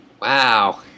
Wow